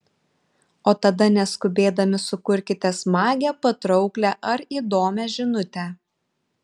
o tada neskubėdami sukurkite smagią patrauklią ar įdomią žinutę